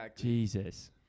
Jesus